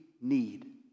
need